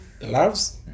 loves